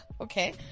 Okay